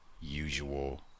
usual